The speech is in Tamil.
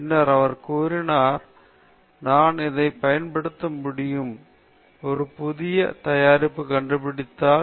பின்னர் அவர் கூறினார் நான் இதை பயன்படுத்த முடியும் ஒரு புதிய தயாரிப்பு கண்டுபிடித்தால்